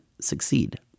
succeed